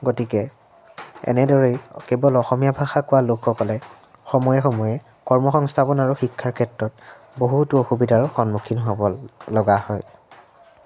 গতিকে এনেদৰেই কেৱল অসমীয়া ভাষা কোৱা লোকসকলে সময়ে সময়ে কৰ্ম সংস্থাপন আৰু শিক্ষাৰ ক্ষেত্ৰত বহুতো অসুবিধাৰো সন্মুখীন হ'ব লগা হয়